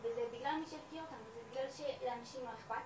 וזה בגלל שלאנשים לא אכפת.